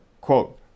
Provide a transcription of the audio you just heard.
quote